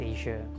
Asia